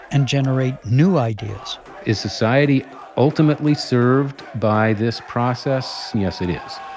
and generate new ideas is society ultimately served by this process? yes it is.